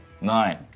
nine